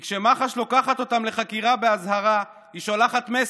כי כשמח"ש לוקחת אותם לחקירה באזהרה היא שולחת מסר: